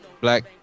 black